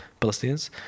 Palestinians